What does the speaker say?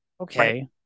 Okay